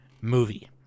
movie